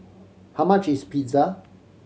how much is Pizza